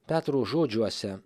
petro žodžiuose